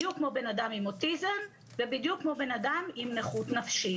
בדיוק כמו בן אדם עם אוטיזם ובדיוק כמו בן אדם עם נכות נפשית.